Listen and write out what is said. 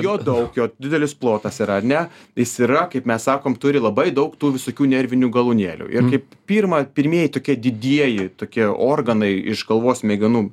jo daug jo didelis plotas yra ar ne jis yra kaip mes sakom turi labai daug tų visokių nervinių galūnėlių ir kaip pirma pirmieji tokie didieji tokie organai iš galvos smegenų